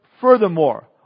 furthermore